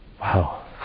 Wow